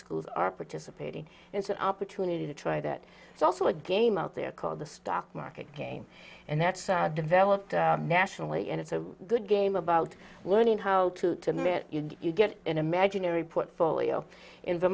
schools are participating and it's an opportunity to try that it's also a game out there called the stock market game and that's sad developed nationally and it's a good game about learning how to to mitt you get an imaginary portfolio in the